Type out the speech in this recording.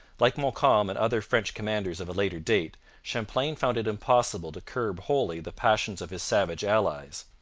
like montcalm and other french commanders of a later date, champlain found it impossible to curb wholly the passions of his savage allies.